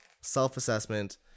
self-assessment